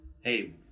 hey